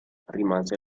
rimase